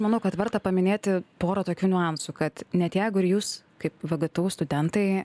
manau kad verta paminėti porą tokių niuansų kad net jeigu ir jūs kaip vgtu studentai